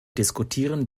diskutieren